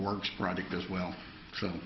works project as well so